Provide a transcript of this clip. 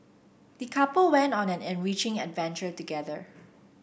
the couple went on an enriching adventure together